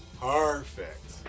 Perfect